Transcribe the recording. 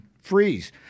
freeze